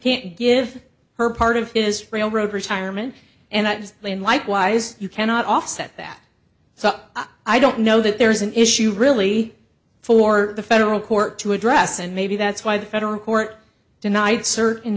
can't give her part of israel road retirement and that is plain likewise you cannot offset that so i don't know that there is an issue really for the federal court to address and maybe that's why the federal court denied cer